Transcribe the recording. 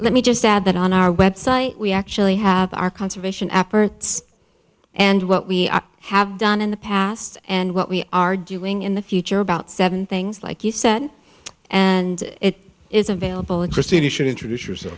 let me just add that on our website we actually have our conservation efforts and what we have done in the past and what we are doing in the future about seven things like you said and it is available interesting you should introduce yourself